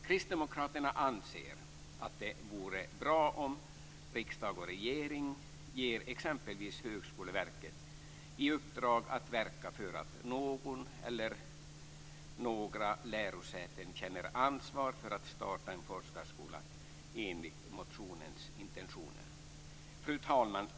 Kristdemokraterna anser att det vore bra om riksdag och regering gav exempelvis Högskoleverket i uppdrag att verka för att något eller några lärosäten skall känna ansvar för att starta en forskarskola enligt motionens intentioner. Fru talman!